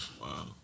Wow